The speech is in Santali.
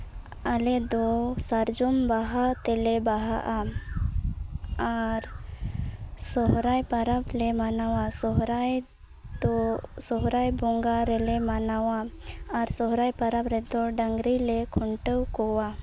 ᱟᱞᱮ ᱫᱚ ᱥᱟᱨᱡᱚᱢ ᱵᱟᱦᱟ ᱛᱮᱞᱮ ᱵᱟᱦᱟᱜᱼᱟ ᱟᱨ ᱥᱚᱨᱦᱟᱭ ᱯᱚᱨᱚᱵᱽ ᱞᱮ ᱢᱟᱱᱟᱣᱟ ᱥᱚᱨᱦᱟᱭ ᱫᱚ ᱥᱚᱨᱦᱟᱭ ᱵᱚᱸᱜᱟ ᱨᱮᱞᱮ ᱢᱟᱱᱟᱣᱟ ᱟᱨ ᱥᱚᱨᱦᱟᱭ ᱯᱚᱨᱚᱵᱽ ᱨᱮᱫᱚ ᱰᱟᱝᱨᱤ ᱞᱮ ᱠᱷᱩᱱᱴᱟᱹᱣ ᱠᱚᱣᱟ